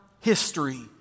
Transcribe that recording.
history